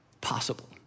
possible